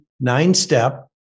nine-step